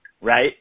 right